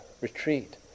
retreat